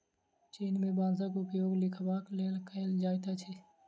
चीन में बांसक उपयोग लिखबाक लेल कएल जाइत अछि